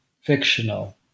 fictional